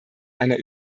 einer